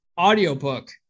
audiobook